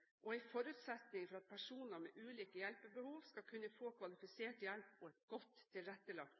og en forutsetning for at personer med ulike hjelpebehov skal kunne få kvalifisert hjelp og et godt tilrettelagt